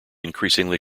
increasingly